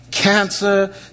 Cancer